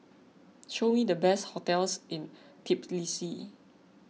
show me the best hotels in Tbilisi